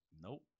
Nope